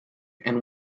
and